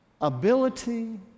Ability